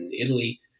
Italy